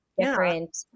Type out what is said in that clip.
different